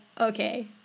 okay